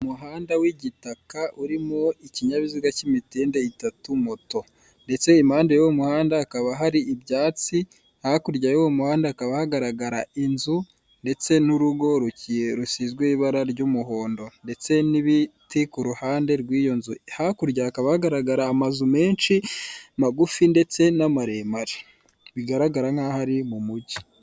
Umuhanda w'igitaka urimo ikinyabiziga cy'imitende itatu moto, ndetse impande y'uwo muhanda hakaba hari ibyatsi hakurya y'uwo muhanda hakaba hagaragara inzu ndetse n'urugo ruki rusizwe ibara ry'umuhondo ndetse n'ibiti ku ruhande rw'iyo nzu, hakurya hakaba hagaragara amazu menshi magufi ndetse n'amaremare, bigaragara nkaho ari mu mujyi.